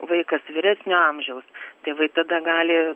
vaikas vyresnio amžiaus tėvai tada gali